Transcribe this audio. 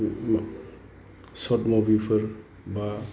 short मुभिफोर बा